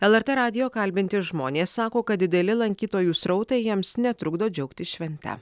lrt radijo kalbinti žmonės sako kad dideli lankytojų srautai jiems netrukdo džiaugtis švente